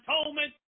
atonement